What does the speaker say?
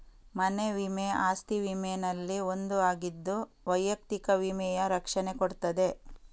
ಮನೆ ವಿಮೆ ಅಸ್ತಿ ವಿಮೆನಲ್ಲಿ ಒಂದು ಆಗಿದ್ದು ವೈಯಕ್ತಿಕ ವಿಮೆಯ ರಕ್ಷಣೆ ಕೊಡ್ತದೆ